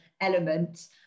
element